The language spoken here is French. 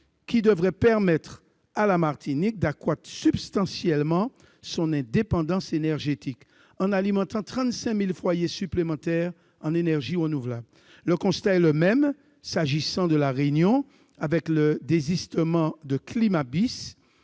pourtant permettre à la Martinique d'accroître substantiellement son indépendance énergétique en alimentant 35 000 foyers supplémentaires en énergie renouvelable. Le constat est le même s'agissant de La Réunion, avec le désistement de Climabyss,